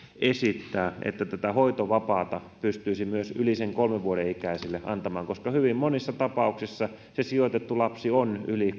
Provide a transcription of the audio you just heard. esittää että hoitovapaata pystyisi myös yli kolmen vuoden ikäisille antamaan koska hyvin monissa tapauksissa se sijoitettu lapsi on yli